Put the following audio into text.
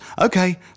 Okay